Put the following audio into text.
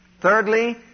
Thirdly